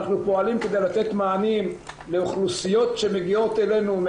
אנחנו פועלים כדי לתת מענים לאוכלוסיות שמגיעות אלינו,